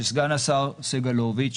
שסגן השר סגלוביץ',